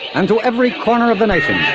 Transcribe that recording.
and to every corner of the nation.